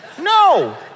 No